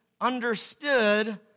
understood